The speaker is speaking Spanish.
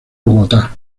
bogotá